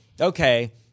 okay